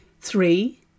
Three